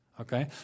Okay